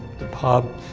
the pub,